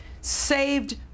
saved